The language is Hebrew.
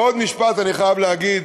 ועוד משפט אני חייב להגיד: